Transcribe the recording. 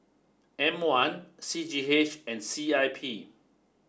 M one C G H and C I P